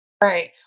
Right